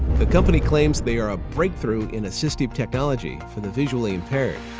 the company claims they are a breakthrough in assistive technology for the visually impaired.